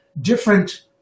different